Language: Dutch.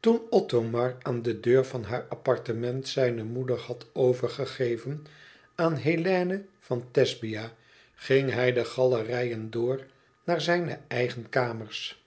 toen othomar aan de deur van haar appartement zijne moeder had overgegeven aan hélène van thesbia ging hij de galerijen door naar zijne eigen kamers